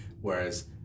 whereas